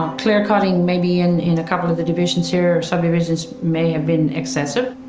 um clear cutting maybe in in a couple of the divisions here or subdivisions may have been excessive.